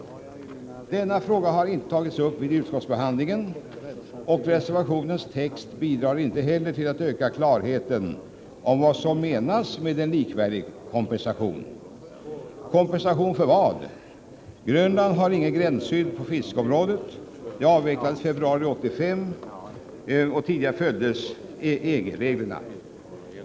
Denna fråga har inte tagits upp vid utskottsbehandlingen, och reservationens text bidrar inte heller till att öka klarheten om vad som menas med en likvärdig kompensation. Kompensation för vad? Grönland har inget gränsskydd på fiskeområdet. Det avvecklades i februari 1985. Tidigare följdes EG-reglerna.